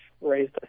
raised